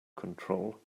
control